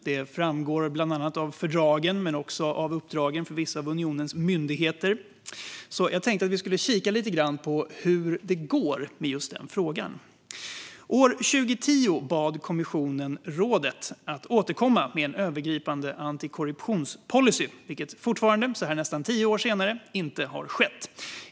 Det framgår bland annat av fördragen men också av uppdragen för vissa av unionens myndigheter. Jag tänkte att vi skulle kika lite grann på hur det går med just den frågan. År 2010 bad kommissionen rådet att återkomma med en övergripande antikorruptionspolicy, vilket fortfarande, så här nästan tio år senare, inte har skett.